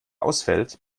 ausfällt